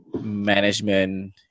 management